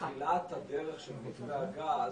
שבתחילת הדרך של מתווה הגז,